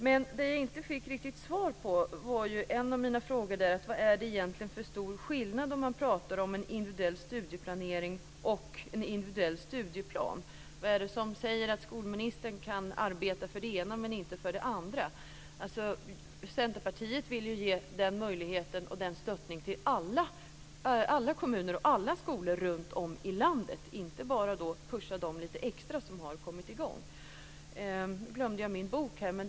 Men jag fick inte riktigt svar på en av mina frågor, nämligen vad det är för stor skillnad mellan en individuell studieplanering och en individuell studieplan. Vad är det som säger att skolministern kan arbeta för det ena men inte för det andra? Centerpartiet vill ge den möjligheten och den stöttningen till alla kommuner och alla skolor runtom i landet, och inte bara pusha lite extra på dem som har kommit i gång.